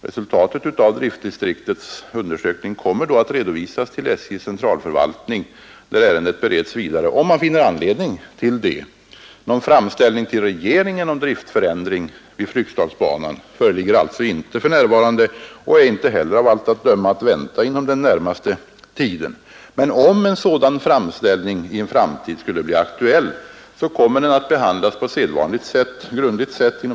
Resultatet av driftdistriktets undersökning kommer att redovisas till SJ:s centralförvaltning, där ärendet bereds vidare, om man finner anledning till det. Någon framställning till regeringen om driftförändring vid Fryksdalsbanan föreligger alltså inte för närvarande och är inte heller av allt att döma att vänta inom den närmaste tiden. Men om en sådan framställning blir aktuell i framtiden kommer den att inom departementet behandlas på sedvanligt grundligt sätt.